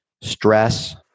stress